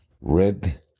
Red